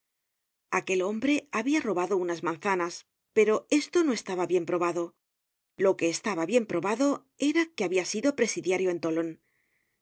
aquel hombre habia robado unas manzanas pero esto no estaba bien probado lo que estaba bien probado era que habia sido presidiario en tolon